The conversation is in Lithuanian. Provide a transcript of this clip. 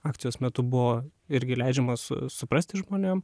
akcijos metu buvo irgi leidžiama su suprasti žmonėm